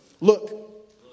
Look